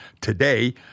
today